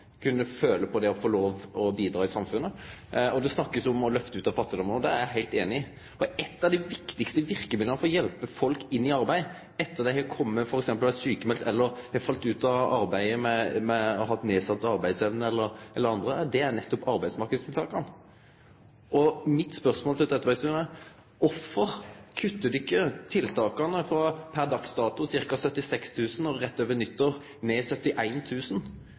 kunne føle på det å få lov til å bidra i samfunnet. Det blir snakka om å lyfte folk ut av fattigdom. Det er eg heilt einig i. Eit av dei viktigaste verkemidla for å hjelpe folk inn i arbeid etter at dei har vore sjukmelde eller har falle ut av arbeidslivet, ha hatt nedsett arbeidsevne eller anna, er nettopp arbeidsmarknadstiltaka. Mitt spørsmål til Trettebergstuen er: Kvifor kuttar ein tiltaka frå per dags dato ca. 76 000 til 71 000 rett over nyttår? Kvifor kuttar ein i dei tiltaka som hjelper menneske med